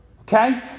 okay